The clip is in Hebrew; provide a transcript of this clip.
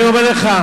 אני אומר לך,